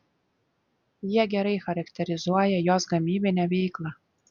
jie gerai charakterizuoja jos gamybinę veiklą